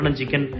Chicken